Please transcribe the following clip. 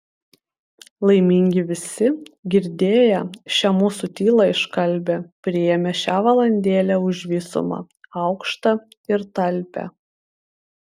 laimingi visi girdėję šią mūsų tylą iškalbią priėmę šią valandėlę už visumą aukštą ir talpią